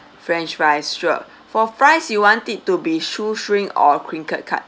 french fries sure for fries you want it to be shoestring or crinkle cut